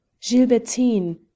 Gilbertine